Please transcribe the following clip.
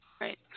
Right